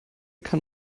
kann